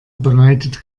bereitet